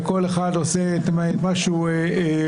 וכל אחד עושה את מה שהוא רוצה.